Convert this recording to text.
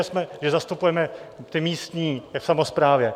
Víme, že zastupujeme ty místní v samosprávě.